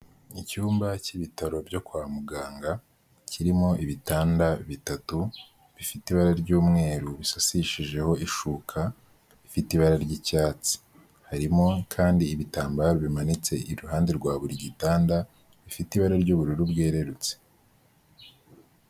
Icyumba cy'ibitaro byo kwa muganga kirimo ibitanda bitatu bifite ibara ry'umweru bisasishijeho ishuka ifite ibara ry'icyatsi, harimo kandi ibitambaro bimanitse iruhande rwa buri gitanda bifite ibara ry'ubururu rwerurutse.